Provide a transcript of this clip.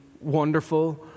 wonderful